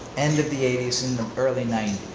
end of the eighty s in the early ninety